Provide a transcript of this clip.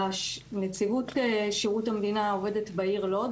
נציבות שירות המדינה עובדת בעיר לוד.